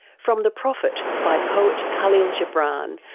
from the prophet by poet kahlil gibran,